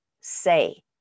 say